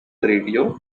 radio